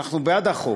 אנחנו בעד החוק,